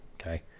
okay